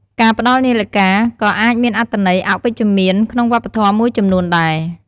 ការផ្តល់នាឡិកាក៏អាចមានអត្ថន័យអវិជ្ជមានក្នុងវប្បធម៌មួយចំនួនដែរ។